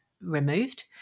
removed